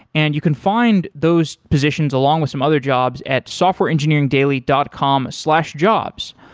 and you can find those positions along with some other jobs at softwareengineeringdaily dot com slash jobs.